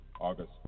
August